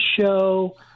show